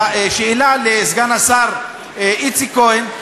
בשאלה לסגן השר איציק כהן,